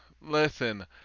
Listen